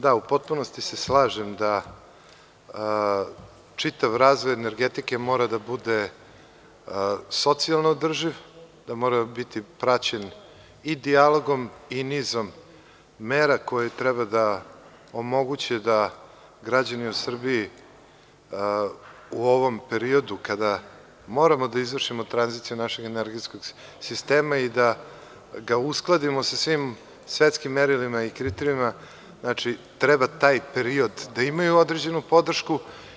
Da, u potpunosti se slažem da čitav razvoj energetike mora da bude socijalno održiv, da mora biti praćen i dijalogom i nizom mera koje treba da omoguće da građani u Srbiji u ovom periodu kada moramo da izvršimo tranziciju našeg energetskog sistema i da ga uskladimo sa svim svetskim merilima i kriterijumima, znači taj period određeni trebaju da imaju podršku.